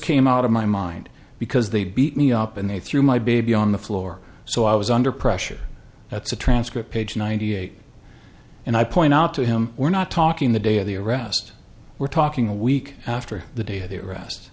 came out of my mind because they beat me up and they threw my baby on the floor so i was under pressure that's a transcript page ninety eight and i point out to him we're not talking the day of the arrest we're talking a week after the day of the arrest